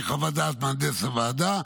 לפי חוות דעת מהנדס הוועדה,